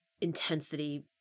intensity